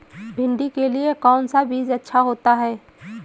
भिंडी के लिए कौन सा बीज अच्छा होता है?